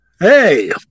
hey